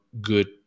good